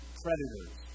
predators